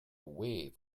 wave